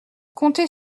comptez